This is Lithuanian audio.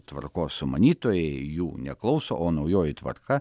tvarkos sumanytojai jų neklauso o naujoji tvarka